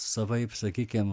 savaip sakykim